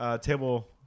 Table